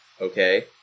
okay